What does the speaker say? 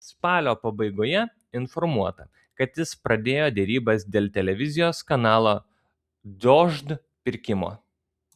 spalio pabaigoje informuota kad jis pradėjo derybas dėl televizijos kanalo dožd pirkimo